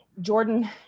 Jordan